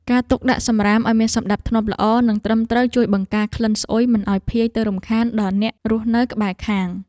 ការទុកដាក់សំរាមឱ្យមានសណ្តាប់ធ្នាប់ល្អនិងត្រឹមត្រូវជួយបង្ការក្លិនស្អុយមិនឱ្យភាយទៅរំខានដល់អ្នករស់នៅក្បែរខាង។